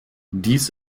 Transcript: dies